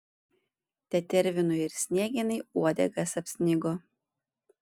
tetervinui ir sniegenai uodegas apsnigo